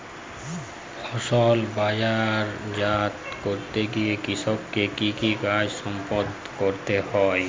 ফসল বাজারজাত করতে গিয়ে কৃষককে কি কি কাজ সম্পাদন করতে হয়?